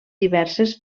diverses